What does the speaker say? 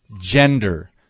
gender